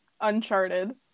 Uncharted